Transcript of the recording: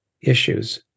issues